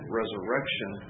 resurrection